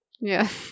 Yes